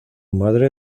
madre